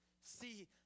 see